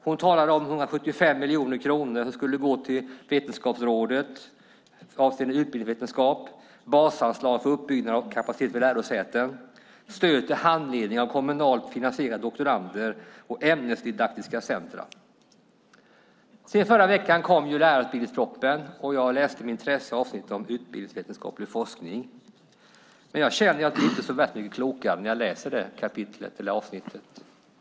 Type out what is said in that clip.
Hon talade om 175 miljoner kronor som skulle gå till Vetenskapsrådet avseende utbildningsvetenskap, om basanslag för uppbyggnad av kapacitet vid lärosäten, om stöd till handledning av kommunalt finansierade doktorander och om ämnesdidaktiska centrum. I förra veckan kom sedan lärarutbildningspropositionen. Jag läste med intresse avsnittet om utbildningsvetenskaplig forskning, men jag känner mig inte så värst mycket klokare efter att ha läst det avsnittet.